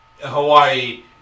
Hawaii